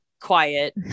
quiet